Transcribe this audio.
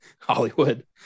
Hollywood